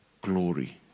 glory